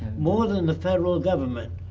more than the federal government.